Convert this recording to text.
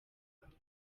ibanga